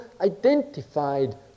identified